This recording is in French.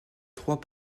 trois